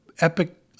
epic